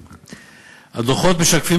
ומשקפים,